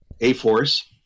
A-Force